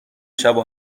شبو